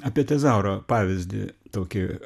apie tezauro pavyzdį tokį